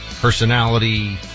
personality